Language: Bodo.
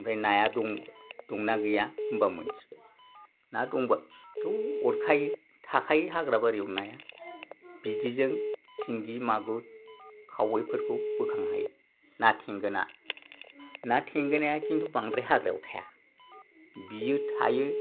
ओमफ्राय नाया दं दंना गैया होमबा मिथिबाय ना दंबाथ' अरखायो थाखायो हाग्राबारीयाव नाया बिदिजों सिंगि मागुर खावैफोरखौ बोखांनो हायो ना थेंगोना ना थेंगोनाया खिन्थु बांद्राय हाग्रायाव थाया बियो थायो